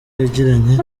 yagiranye